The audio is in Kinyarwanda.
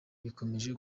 bikomeje